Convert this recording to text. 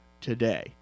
today